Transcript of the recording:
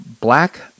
Black